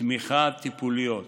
תמיכה טיפוליות.